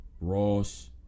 Ross